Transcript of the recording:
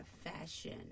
fashion